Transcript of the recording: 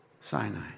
Sinai